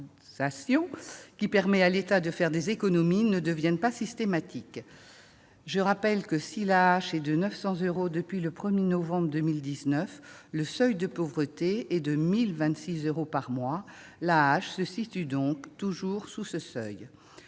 qui permet à l'État de faire des économies ne devienne pas systématique ! Je rappelle que, si l'AAH est de 900 euros depuis le 1 novembre 2019, le seuil de pauvreté est de 1 026 euros par mois. L'AAH se situe donc toujours sous ce seuil.